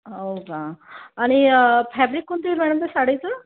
हो का आणि फॅब्रिक कोणतं येईल मॅळम त्या साडीचं